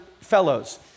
fellows